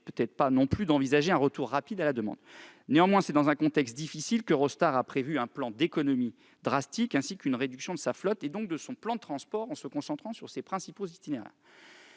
permet pas non plus d'envisager un retour rapide de la demande. C'est dans ce contexte difficile qu'Eurostar a prévu un plan d'économies drastique, ainsi qu'une réduction de sa flotte, donc de son plan de transport, en se concentrant sur les principaux itinéraires.